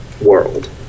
world